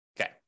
Okay